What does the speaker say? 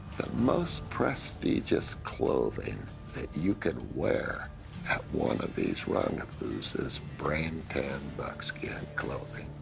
most prestigious clothing that you could wear at one of these rendezvous is is brain-tanned buckskin clothing.